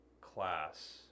class